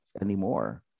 anymore